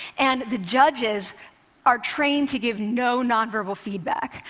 and the judges are trained to give no nonverbal feedback,